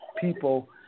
people